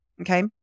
okay